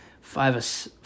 five